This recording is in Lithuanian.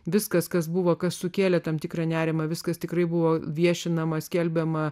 viskas kas buvo kas sukėlė tam tikrą nerimą viskas tikrai buvo viešinama skelbiama